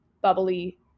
bubbly